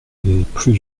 plus